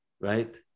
right